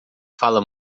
fala